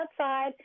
outside